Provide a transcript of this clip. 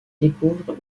découvre